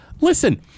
Listen